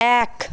এক